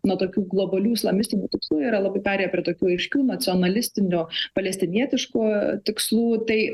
nuo tokių globalių islamistinių tikslų yra labai perėję prie tokių aiškių nacionalistinių palestinietiškų tikslų tai